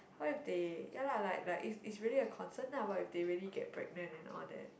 what if they ya lah like like it's it's really a concern lah what if they really get pregnant and all that